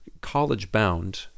college-bound